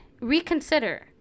reconsider